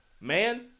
man